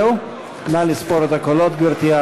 נא לספור את הקולות, גברתי.